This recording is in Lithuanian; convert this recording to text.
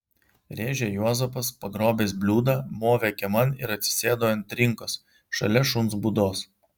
rėžė juozapas pagrobęs bliūdą movė kieman ir atsisėdo ant trinkos šalia šuns būdos